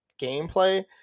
gameplay